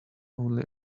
only